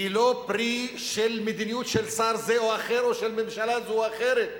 היא לא פרי של מדיניות של שר זה או אחר או של ממשלה זו או אחרת.